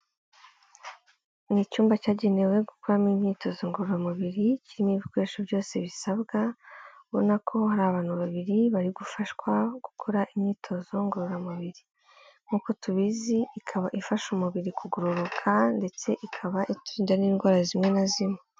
Ni icyumba cyagenewe gukoreramo imyitozo ngororamubiri, kirimo ibikoresho byose bisabwabona, ubona ko hari abantu babiri, bari gufashwa gukora imyitozo ngororamubiri. Nkuko tubizi ikaba ifasha umubiri kugororoka ndetse ikaba iturinda n'indwara zimwe na zimwe.